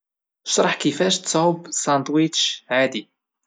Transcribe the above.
شرح كيفاش تصاوب ساندويتش عادي؟